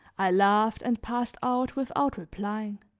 i laughed and passed out without replying.